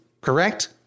correct